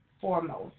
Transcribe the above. foremost